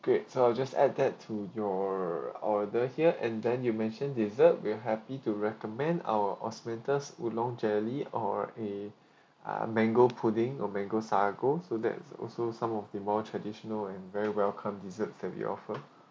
great so I'll just add that to your order here and then you mention dessert we're happy to recommend our oolong jelly or a uh mango pudding or mango sago so that's also some of the more traditional and very welcome dessert that we offer